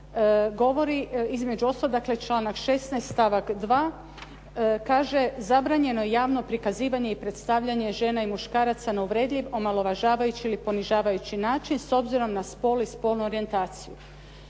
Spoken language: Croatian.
govori između ostalog, dakle, članak 16. stavak 2. kaže zabranjeno javno prikazivanje i predstavljanje žena i muškaraca na uvredljiv, omalovažavajući ili ponižavajući način s obzirom na spol i spolnu orijentaciju.